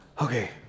Okay